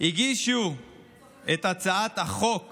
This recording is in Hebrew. הגישו את הצעת החוק